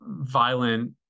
violent